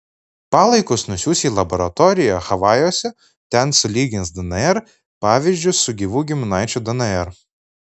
palaikus nusiųs į laboratoriją havajuose ten sulygins dnr pavyzdžius su gyvų giminaičių dnr